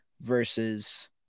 versus